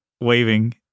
waving